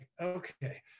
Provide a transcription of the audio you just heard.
okay